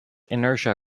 inertia